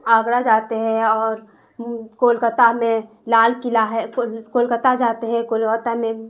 آگرہ جاتے ہیں اور کولکاتہ میں لال قلعہ ہے کولکاتہ جاتے ہیں کولکاتہ میں